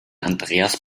andreas